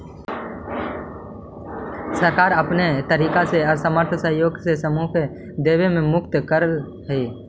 सरकार अनेक तरीका से असमर्थ असहाय समूह के देवे से मुक्त कर देऽ हई